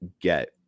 get